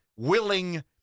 Willing